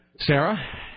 Sarah